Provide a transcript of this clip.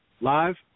Live